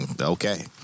Okay